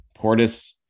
Portis